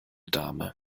dame